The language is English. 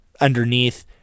underneath